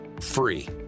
free